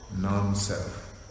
non-self